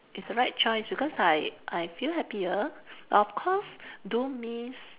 it's the right choice because I I feel happier of course do miss